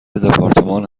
دپارتمان